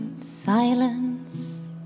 silence